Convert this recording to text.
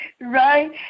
Right